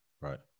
right